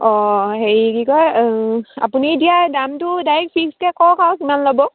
অঁ হেৰি কি কয় আপুনি দিয়া দামটো ডাইৰেক্ট ফিক্সকৈ কওক আৰু কিমান ল'ব